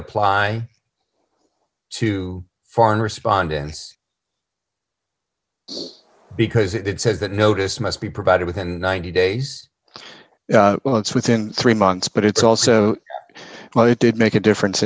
apply to foreign respondents because it says that notice must be provided with and ninety days well it's within three months but it's also well it did make a difference